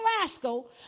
rascal